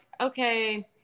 okay